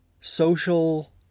social